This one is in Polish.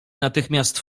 natychmiast